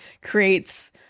creates